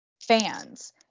fans